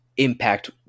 impact